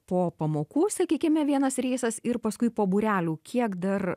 po pamokų sakykime vienas reisas ir paskui po būrelių kiek dar